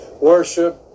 worship